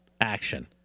action